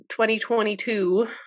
2022